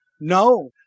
No